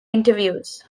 interviews